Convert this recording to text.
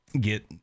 get